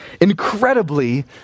Incredibly